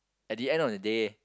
at the end on the day